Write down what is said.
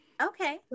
okay